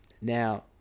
Now